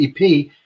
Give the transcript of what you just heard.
EP